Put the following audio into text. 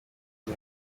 izi